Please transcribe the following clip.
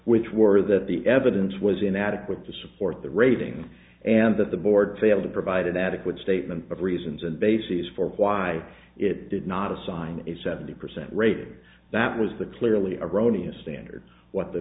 which were that the evidence was inadequate to support the rating and that the board failed to provide an adequate statement of reasons and bases for why it did not assign a seventy percent rating that was the clearly erroneous standard what the